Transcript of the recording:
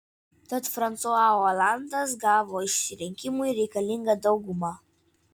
tad fransua olandas gavo išrinkimui reikalingą daugumą